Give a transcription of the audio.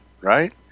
right